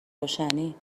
روشنی